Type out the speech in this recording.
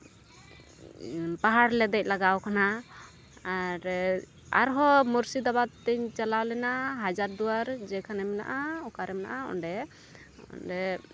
ᱯᱟᱦᱟᱲ ᱞᱮ ᱫᱮᱡ ᱞᱮᱜᱟᱣ ᱠᱟᱱᱟ ᱟᱨ ᱟᱨᱦᱚᱸ ᱢᱩᱨᱥᱤᱫᱟᱵᱟᱫᱤᱧ ᱪᱟᱞᱟᱣ ᱞᱮᱱᱟ ᱦᱟᱡᱟᱨ ᱫᱩᱣᱟᱨ ᱡᱮᱠᱷᱟᱱᱮ ᱢᱮᱱᱟᱜᱼᱟ ᱚᱠᱟᱨᱮ ᱢᱮᱱᱟᱜᱼᱟ ᱚᱸᱰᱮ ᱚᱸᱰᱮ